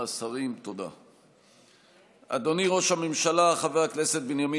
6 ראש הממשלה בנימין